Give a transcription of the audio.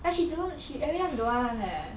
then she don't know she everytime don't want [one] leh